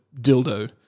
dildo